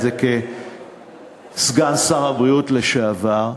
כסגן שר הבריאות לשעבר,